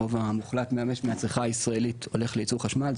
הרוב המוחלט מהצריכה הישראלית הולך לייצור חשמל,